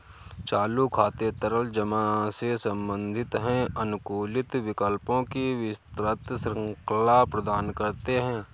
चालू खाते तरल जमा से संबंधित हैं, अनुकूलित विकल्पों की विस्तृत श्रृंखला प्रदान करते हैं